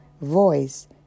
voice